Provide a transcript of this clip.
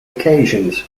occasions